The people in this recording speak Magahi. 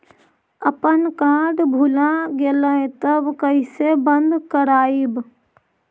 अपन कार्ड भुला गेलय तब कैसे बन्द कराइब?